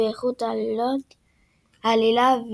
באיכות העלילה,